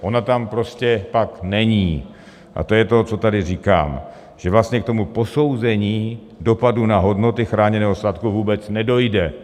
Ona tam prostě pak není, a to je to, co tady říkám, že vlastně k posouzení dopadu na hodnoty chráněného statku vůbec nedojde.